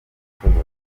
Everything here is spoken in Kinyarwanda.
ashoboye